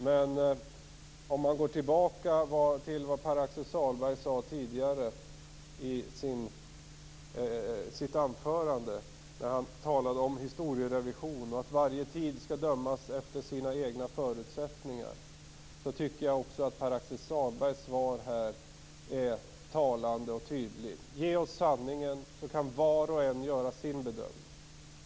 Men när jag går tillbaka till vad Pär Axel Sahlberg sade tidigare i sitt anförande, där han talade om historierevision och att varje tid skall dömas efter sina egna förutsättningar, tycker jag att hans svar här är talande och tydligt. Ge oss sanningen, så kan var och en göra sin bedömning!